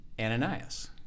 Ananias